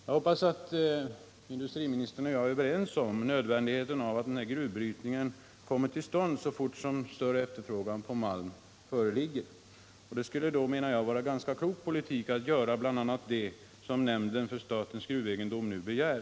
Jag hoppas att industriministern och jag är överens om nödvändigheten av att den här gruvbrytningen kommer till stånd så snart större efterfrågan på malm föreligger. Det skulle då vara ganska klok politik att bl.a. göra det som nämnden för statens gruvegendom nu begär.